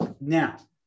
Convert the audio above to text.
Now